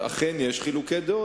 אכן יש חילוקי דעות.